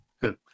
good